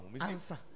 answer